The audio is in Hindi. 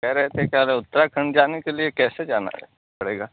कह रहे थे कि यार उत्तराखण्ड जाने के लिए कैसे जाना है पड़ेगा